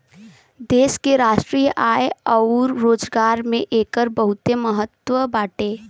देश के राष्ट्रीय आय अउर रोजगार में एकर बहुते महत्व बाटे